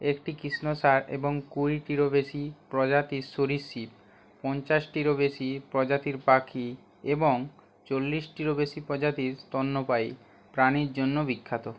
একটি কৃষ্ণসার এবং কুড়িটিরও বেশি প্রজাতির সরীসৃপ পঞ্চাশটিরও বেশি প্রজাতির পাখি এবং চল্লিশটিরও বেশি প্রজাতির স্তন্যপায়ী প্রাণীর জন্য বিখ্যাত